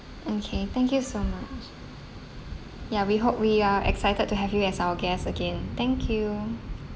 okay thank you so much ya we hope we are excited to have you as our guest again thank you